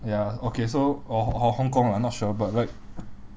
ya okay so or ho~ hong-kong I not sure but like